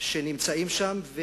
שנמצאים שם.